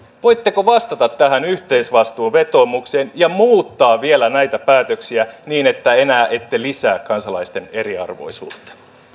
voitteko vastata tähän yhteisvastuuvetoomukseen ja muuttaa vielä näitä päätöksiä niin että enää ette lisää kansalaisten eriarvoisuutta